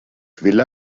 vila